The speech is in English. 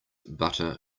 butter